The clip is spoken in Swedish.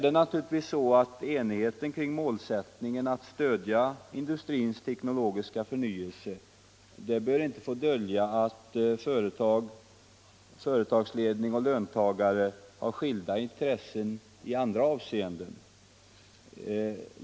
Nu bör naturligtvis enigheten kring målsättningen att stödja industrins teknologiska förnyelse inte få dölja att företagsledning och löntagare har Nr 136 skilda intressen i andra avseenden.